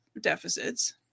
deficits